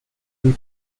and